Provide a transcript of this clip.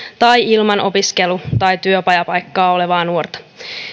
tai ilman opiskelu tai työpajapaikkaa olevaa nuorta